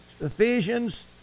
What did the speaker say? Ephesians